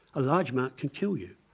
a large amount can kill you.